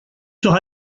sur